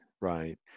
right